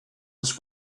was